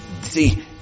See